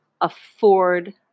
afford